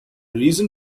reason